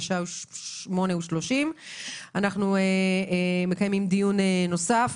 08:300. דיון נוסף,